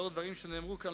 לאור הדברים שנאמרו כאן,